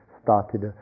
started